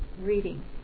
reading